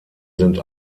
sind